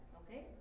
okay